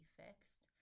fixed